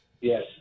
Yes